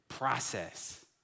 Process